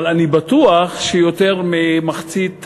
אבל אני בטוח שיותר ממחצית העם,